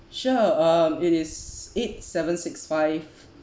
sure um it is eight seven six five